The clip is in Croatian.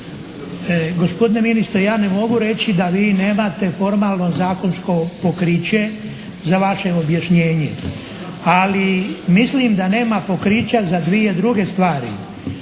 Gospodine ministre! Ja ne mogu reći da vi nemate formalno zakonsko pokriće za vaše objašnjenje. Ali mislim da nema pokrića za dvije druge stvari.